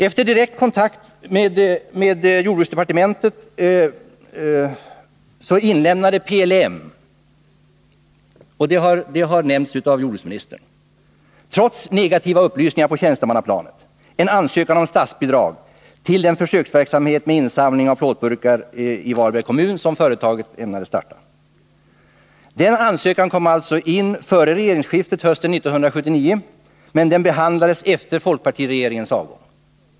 Efter direkt kontakt med jordbruksdepartementet inlämnade PLM — och detta har nämnts av jordbruksministern — trots negativa upplysningar på tjänstemannaplanet en ansökan om statsbidrag till den försöksverksamhet med insamling av plåtburkar som företaget ämnade starta i Varbergs kommun. Denna ansökan kom alltså in före regeringsskiftet hösten 1979, men den behandlades efter folkpartiregeringens avgång.